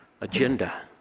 agenda